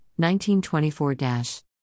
1924-